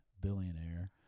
billionaire